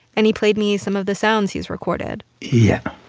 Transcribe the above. and he played me some of the sounds he's recorded yeah,